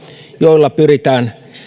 joilla pyritään